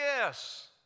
Yes